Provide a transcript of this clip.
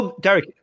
Derek